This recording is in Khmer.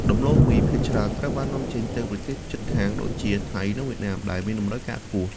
ដំឡូងមីភាគច្រើនត្រូវបាននាំចេញទៅប្រទេសជិតខាងដូចជា ថៃ និង វៀតណាម ដែលមានតម្រូវការខ្ពស់។